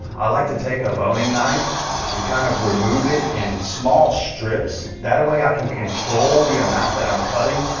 i like to take a boning knife and kind of remove it in small strips. that way i can control the amount that i'm cutting,